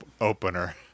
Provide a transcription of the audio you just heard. opener